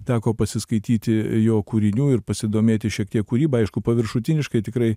teko pasiskaityti jo kūrinių ir pasidomėti šiek tiek kūryba aišku paviršutiniškai tikrai